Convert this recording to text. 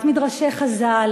את מדרשי חז"ל,